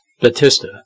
Batista